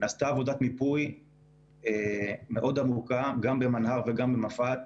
נעשתה עבודת מיפוי מאוד עמוקה גם במנה"ר וגם במפא"ת.